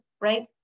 right